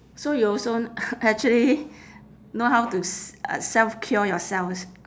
so you also actually know how to s~ self cure yourself